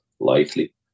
Likely